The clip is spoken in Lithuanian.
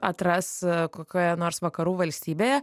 atras kokioje nors vakarų valstybėje